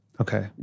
okay